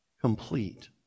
complete